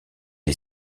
est